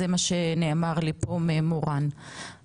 זה מה שנאמר לי פה ממורן מהמתפ"ש.